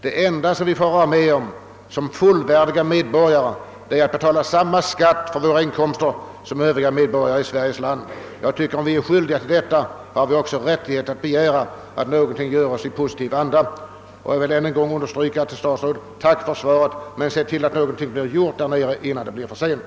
Det enda vi får vara med om som fullvärdiga medborgare är att betala samma skatt på inkomster som övriga medborgare i Sveriges land. Om vi har denna skyldighet, har vi också rättighet att begära att någonting görs i positiv anda. Än en gång vill jag till herr statsrådet uttala mitt tack för svaret samtidigt som jag uttrycker förhoppningen om att någonting blir gjort där nere innan det blir för sent.